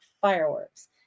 fireworks